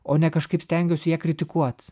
o ne kažkaip stengiuosi ją kritikuot